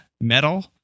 metal